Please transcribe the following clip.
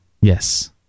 yes